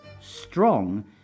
strong